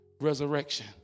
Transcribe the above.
resurrection